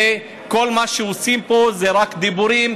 וכל מה שעושים פה זה רק דיבורים,